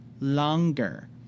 longer